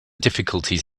difficulties